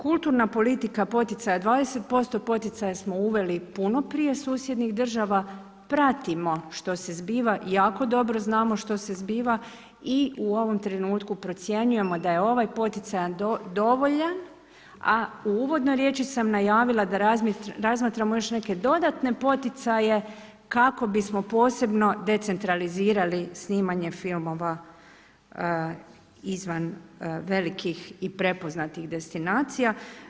Kulturna politika poticaja, 20% poticaja smo uveli puno prije susjednih država, pratimo što se zbiva i jako dobro znamo što se zbiva i u ovom trenutku procjenjujemo da je ovaj poticaj dovoljan, a u uvodnoj riječi sam najavila da razmatramo još neke dodatne poticaje kako bismo posebno decentralizirali snimanje filmova izvan velikih i prepoznatih destinacija.